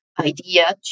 idea